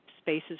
spaces